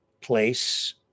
place